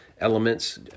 elements